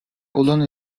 olan